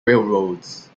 railroads